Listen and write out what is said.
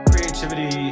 Creativity